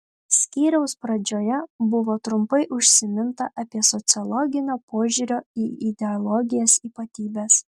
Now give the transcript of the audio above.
skyriaus pradžioje buvo trumpai užsiminta apie sociologinio požiūrio į ideologijas ypatybes